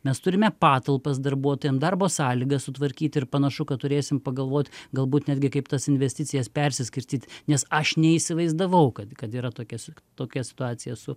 mes turime patalpas darbuotojam darbo sąlygas sutvarkyt ir panašu kad turėsim pagalvot galbūt netgi kaip tas investicijas persiskirstyt nes aš neįsivaizdavau kad kad yra tokia su tokia situacija su